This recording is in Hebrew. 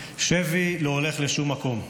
שבי לא הולך לשום מקום.